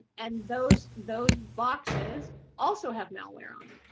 and those those boxes also have malware on